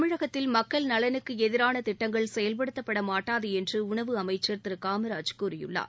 தமிழகத்தில் மக்கள் நலனுக்கு எதிரான திட்டங்கள் செயல்படுத்தப்பட மாட்டாது என்று உணவு அமைச்சர் திரு காமராஜ் கூறியுள்ளார்